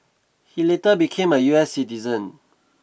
he later became a U S citizen